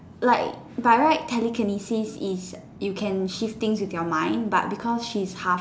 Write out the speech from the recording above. like by right telekinesis is you can shift things with your mind but because she's half